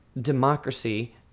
democracy